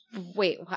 Wait